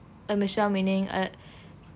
uh michelle meaning uh